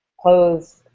clothes